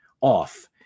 off